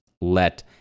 let